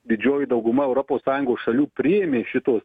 didžioji dauguma europos sąjungos šalių priėmė šituos